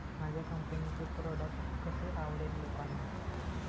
माझ्या कंपनीचे प्रॉडक्ट कसे आवडेल लोकांना?